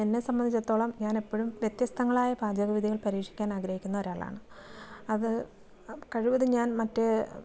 എന്നെ സംബന്ധിച്ചിടത്തോളം ഞാനെപ്പോഴും വ്യത്യസ്തങ്ങളായ പാചക വിദ്യകൾ പരീക്ഷിക്കാനാഗ്രഹിക്കുന്ന ഒരാളാണ് അത് കഴിവതും ഞാൻ മറ്റേ